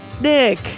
Nick